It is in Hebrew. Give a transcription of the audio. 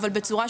אבל ברשותכם,